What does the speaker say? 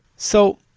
so,